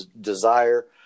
desire